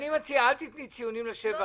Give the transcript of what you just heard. אני מציע, אל תיתני ציונים לשבח